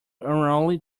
unruly